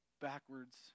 backwards